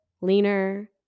leaner